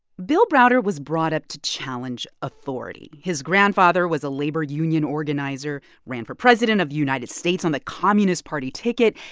bill browder was brought up to challenge authority. his grandfather was a labor union organizer, ran for president of the united states on the communist party ticket.